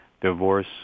Divorce